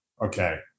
Okay